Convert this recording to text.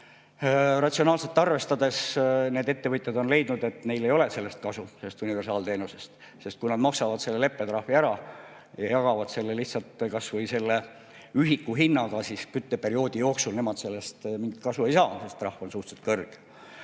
ratsionaalselt arvestades need ettevõtjad on leidnud, et neil ei ole kasu sellest universaalteenusest, sest kui nad maksavad leppetrahvi ära ja jagavad selle lihtsalt kas või ühiku hinnaga, siis kütteperioodi jooksul nemad sellest mingit kasu ei saa, sest trahv on suhteliselt kõrge. Ja